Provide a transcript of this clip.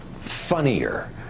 funnier